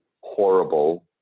horrible